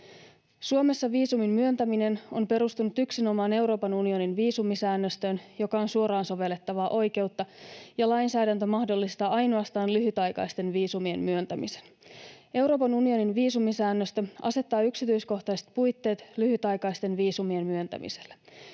Suomessa viisumin myöntäminen on perustunut yksinomaan Euroopan unionin viisumisäännöstöön, joka on suoraan sovellettavaa oikeutta, ja lainsäädäntö mahdollistaa ainoastaan lyhytaikaisten viisumien myöntämisen. Euroopan unionin viisumisäännöstö asettaa yksityiskohtaiset puitteet lyhytaikaisten viisumien myöntämiselle.